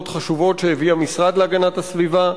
חשובות שהביא המשרד להגנת הסביבה,